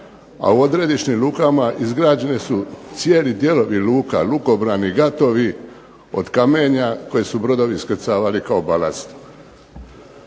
a u odredišnim lukama izgrađene su cijeli dijelovi luka, lukobrani, gatovi od kamenja koje su brodovi iskrcavali kao balast.